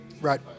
Right